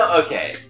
okay